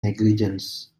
negligence